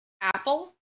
apple